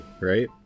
right